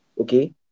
Okay